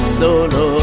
solo